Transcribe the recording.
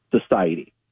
society